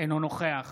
אינו נוכח